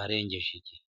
arengeje igihe.